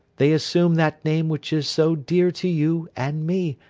they assume that name which is so dear to you and me,